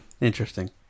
Interesting